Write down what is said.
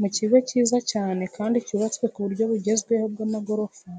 Mu kigo kiza cyane kandi cyubatswe ku buryo bugezweho bw'amagorofa,